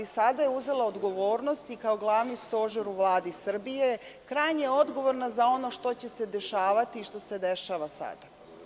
Sada je uzela odgovornost i kao glavni stožer u Vladi Srbije krajnje odgovorna za ono što će se dešavati i ono što se dešava sad.